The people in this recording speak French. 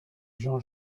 jean